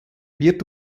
wird